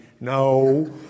no